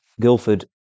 Guildford